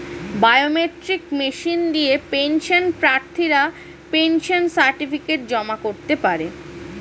biometric machine দিয়ে pension প্রার্থীরা pension certificate জমা করতে পারে